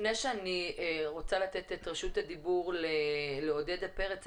לפני שאני אתן את רשות הדיבור לעודדה פרץ,